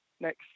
next